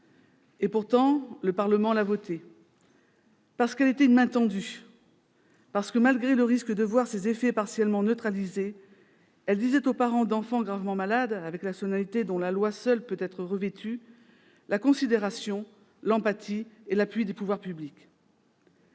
Pourtant, le Parlement l'a votée, parce qu'il s'agissait d'une main tendue, parce que, malgré le risque de voir ses effets partiellement neutralisés, elle disait aux parents d'enfants gravement malades, avec la solennité dont la loi seule peut être revêtue, la considération, l'empathie et l'appui des pouvoirs publics.